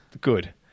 good